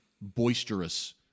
boisterous